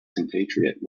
compatriot